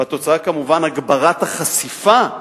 והתוצאה, כמובן, הגברת החשיפה,